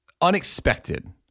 unexpected